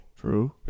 True